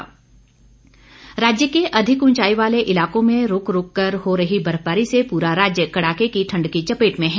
मौसम राज्य के अधिक उंचाई वाले इलाकों में रूक रूक कर हो रही बर्फबारी से पूरा राज्य कड़ाके की ठंड की चपेट में है